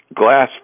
glass